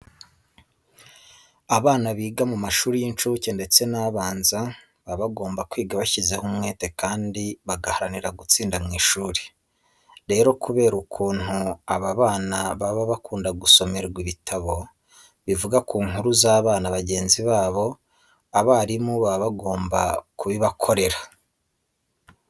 Abana biga mu mashuri y'incuke ndetse n'abanza baba bagomba kwiga bashyizeho umwete kandi bagaharanira gutsinda mu ishuri. Rero kubera ukuntu aba bana baba bakunda gusomerwa ibitabo bivuga ku nkuru z'abana bagenzi babo, abarimu baba bagomba kubibakorera.